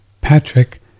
patrick